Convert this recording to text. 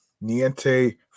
Niente